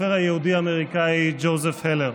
הסופר היהודי האמריקאי ג'וזף הלר.